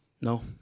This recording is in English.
No